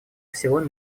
всего